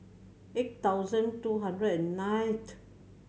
eight thousand two hundred and night